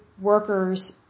workers